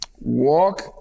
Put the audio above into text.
walk